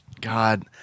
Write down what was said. God